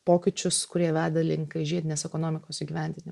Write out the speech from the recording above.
pokyčius kurie veda link žiedinės ekonomikos įgyvendinimo